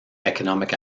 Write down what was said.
economic